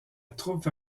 troupe